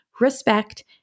respect